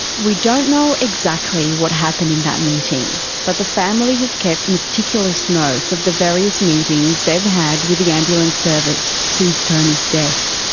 we don't know exactly what happened in that meeting. but the family have kept meticulous notes of the various meetings they've had with the ambulance service since tony's death.